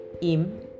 Im